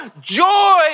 Joy